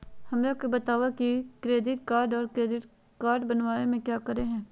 हमरा के बताओ की डेबिट कार्ड और क्रेडिट कार्ड बनवाने में क्या करें?